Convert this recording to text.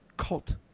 cult